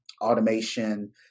automation